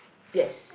yes